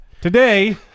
Today